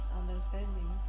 understanding